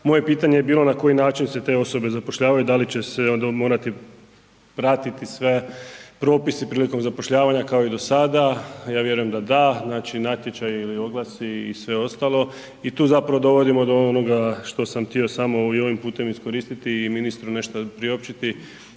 Moje pitanje je bilo na koji način se te osobe zapošljavaju da li će se onda morati pratiti svi propisi prilikom zapošljavanja kao i do sada. Ja vjerujem da da, znači natječaji ili oglasi i sve ostalo. I tu zapravo dovodimo do onoga što sam htio smo i ovim putem iskoristi i ministru nešto priopćiti